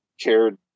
cared